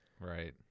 Right